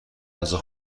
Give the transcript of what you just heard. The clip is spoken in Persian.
غذا